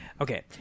okay